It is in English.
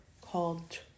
called